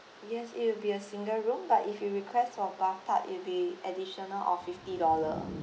yes it will be a single room but if you request for bathtub it'll be additional of fifty dollars